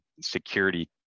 security